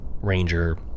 ranger